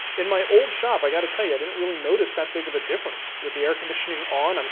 in my old shop, i got to tell you, i didn't really notice that big of a difference with the air conditioning on, um